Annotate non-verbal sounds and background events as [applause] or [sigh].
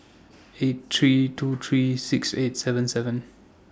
[noise] eight three two three six eight seven seven